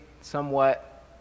somewhat